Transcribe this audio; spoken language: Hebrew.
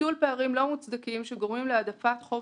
ביטול פערים לא מוצדקים שגורמים להעדפת חוב